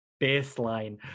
baseline